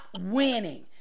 winning